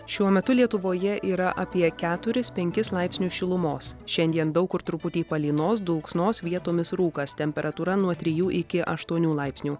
šiuo metu lietuvoje yra apie keturis penkis laipsnius šilumos šiandien daug kur truputį palynos dulksnos vietomis rūkas temperatūra nuo trijų iki aštuonių laipsnių